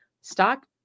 stock